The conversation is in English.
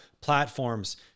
platforms